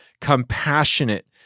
compassionate